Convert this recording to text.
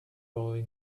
really